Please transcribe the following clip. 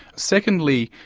secondly,